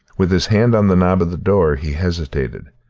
with his hand on the knob of the door he hesitated.